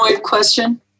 question